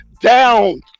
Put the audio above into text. down